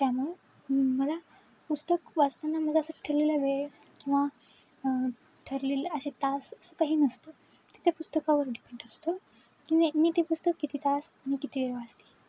त्यामुळं मला पुस्तक वाचताना माझा असं ठरलेला वेळ किंवा ठरलेले असे तास असं काही नसतं तर त्या पुस्तकावर डिपेंड असतो की मी ते पुस्तक किती तास आणि किती वेळ वाचते